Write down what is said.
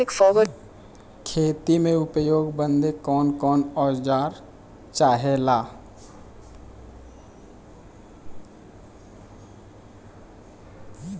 खेती में उपयोग बदे कौन कौन औजार चाहेला?